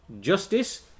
justice